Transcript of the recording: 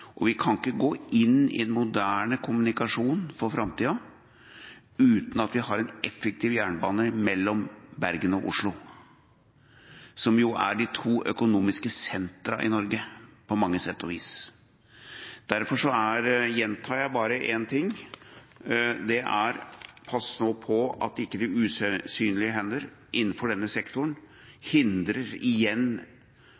og vi kan ikke gå inn i en moderne kommunikasjon for framtida uten at vi har en effektiv jernbane mellom Bergen og Oslo, som jo er de to økonomiske sentra i Norge på mange sett og vis. Derfor gjentar jeg bare én ting: Pass nå på at ikke de usynlige hender innenfor denne sektoren igjen hindrer